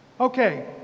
Okay